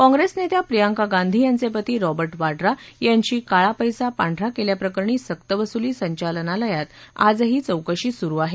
काँग्रेस नेत्या प्रियंका गांधी यांचे पती रॉबर्ट वाड्रा यांची काळा पैसा पांढरा केल्या प्रकरणी सक्तवसूली संचालनालयात आजही चौकशी सुरू आहे